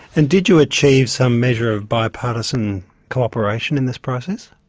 and did you achieve some measure of bipartisan cooperation in this process?